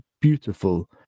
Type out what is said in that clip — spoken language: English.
beautiful